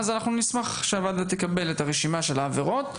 אז אנחנו נשמח שהוועדה תקבל את הרשימה של העבירות,